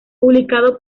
publicado